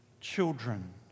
children